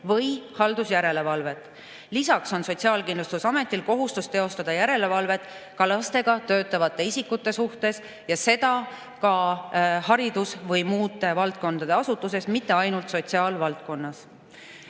või haldusjärelevalvet. Lisaks on Sotsiaalkindlustusametil kohustus teostada järelevalvet ka lastega töötavate isikute suhtes ja seda ka haridus‑ või muude valdkondade asutustes, mitte ainult sotsiaalvaldkonnas.